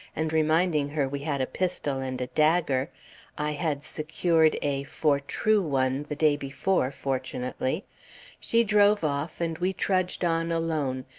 and reminding her we had a pistol and a dagger i had secured a for true one the day before, fortunately she drove off, and we trudged on alone,